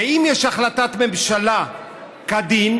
ואם יש החלטת ממשלה כדין,